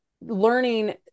learning